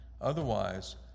Otherwise